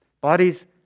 bodies